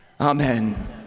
Amen